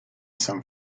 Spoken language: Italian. san